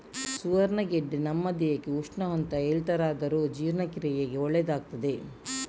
ಸುವರ್ಣಗಡ್ಡೆ ನಮ್ಮ ದೇಹಕ್ಕೆ ಉಷ್ಣ ಅಂತ ಹೇಳ್ತಾರಾದ್ರೂ ಜೀರ್ಣಕ್ರಿಯೆಗೆ ಒಳ್ಳೇದಾಗ್ತದೆ